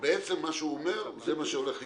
בעצם מה שהוא אומר, זה מה שהולך לקרות,